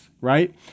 right